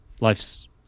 life's